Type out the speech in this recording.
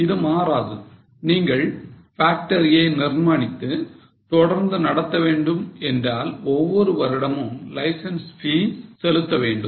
இது மாறாது நீங்கள் factory யை நிர்மாணித்து தொடர்ந்து நடத்த வேண்டும் என்றால் ஒவ்வொரு வருடமும் லைசன்ஸ் ப்பீஸ் செலுத்த வேண்டும்